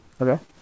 Okay